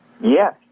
Yes